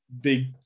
big